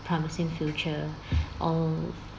promising future all